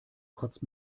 kotzt